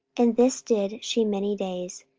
and this did she many days.